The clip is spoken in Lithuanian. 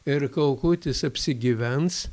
ir kaukutis apsigyvens